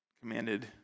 commanded